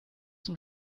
zum